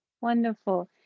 Wonderful